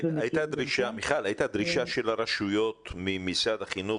הייתה דרישה של הרשויות ממשרד החינוך,